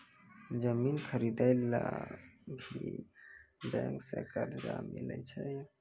जमीन खरीदे ला भी बैंक से कर्जा मिले छै यो?